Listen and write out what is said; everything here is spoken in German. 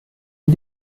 wie